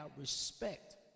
respect